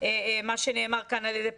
מה שנאמר כאן על ידי פרופ'